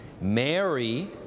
Mary